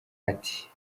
ati